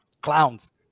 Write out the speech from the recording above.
clowns